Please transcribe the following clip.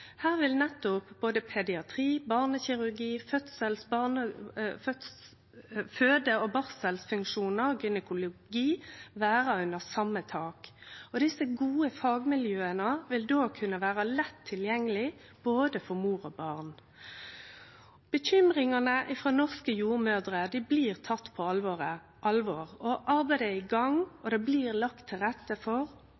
Her vil både pediatri, barnekirurgi, føde- og barselfunksjonar og gynekologi vere under same tak. Desse gode fagmiljøa vil då kunne vere lett tilgjengeleg for både mor og barn. Bekymringane frå norske jordmødrer blir tekne på alvor. Arbeidet er i gang,